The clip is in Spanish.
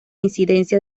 incidencia